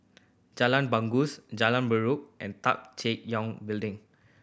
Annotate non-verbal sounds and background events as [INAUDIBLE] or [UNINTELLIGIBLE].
Jalan Bangau [UNINTELLIGIBLE] Jalan Derum and Tan Teck young Building